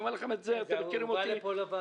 זה בא לפה לוועדה.